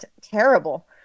terrible